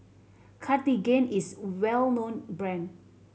Cartigain is a well known brand